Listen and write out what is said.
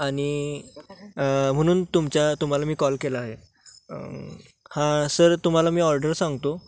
आणि म्हणून तुमच्या तुम्हाला मी कॉल केला आहे हां सर तुम्हाला मी ऑर्डर सांगतो